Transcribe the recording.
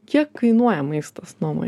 kiek kainuoja maistas nomoj